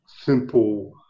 simple